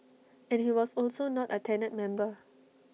and he was also not A tenured member